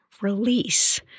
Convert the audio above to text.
release